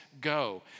go